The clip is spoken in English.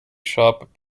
shop